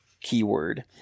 keyword